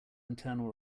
internal